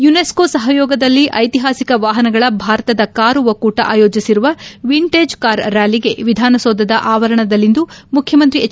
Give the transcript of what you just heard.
UNESCO ಸಹಯೋಗದಲ್ಲಿ ಐತಿಹಾಸಿಕ ವಾಹನಗಳ ಭಾರತದ ಕಾರು ಒಕ್ಕೂಟ ಆಯೋಜಿಸಿರುವ ವಿಂಟೇಜ್ ಕಾರ್ ರ್ಕ್ಯಾಲಿಗೆ ವಿಧಾನಸೌಧದ ಆವರಣದಲ್ಲಿಂದು ಮುಖ್ಯಮಂತ್ರಿ ಎಚ್